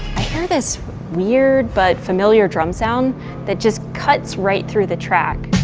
i hear this weird but familiar drum sound that just cuts right through the track.